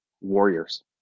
warriors